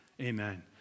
amen